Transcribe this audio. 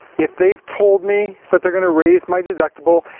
if they've told me that they're going to raise my deductible,